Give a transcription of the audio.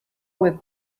with